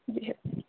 بِہِو